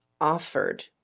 offered